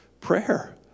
Prayer